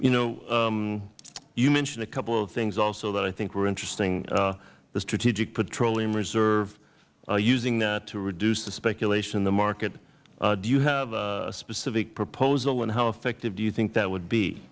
you know you mentioned a couple of things also that i think were interesting the strategic petroleum reserve using that to reduce the speculation in the market do you have a specific proposal and how effective do you think that would be